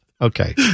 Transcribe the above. okay